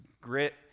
grit